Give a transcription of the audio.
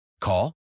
Call